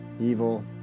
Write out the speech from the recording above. evil